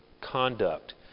conduct